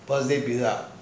first day pizza